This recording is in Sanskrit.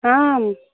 आम्